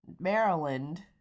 Maryland